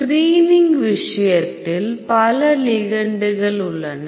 screening விஷயத்தில் பல லிகெண்டுகள் உள்ளன